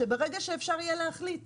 כך שברגע שאפשר יהיה להחליט --- ההכנה,